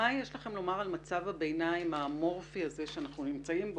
מה יש לכם לומר על מצב הביניים האמורפי הזה בו אנחנו נמצאים עכשיו?